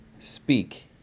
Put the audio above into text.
Speak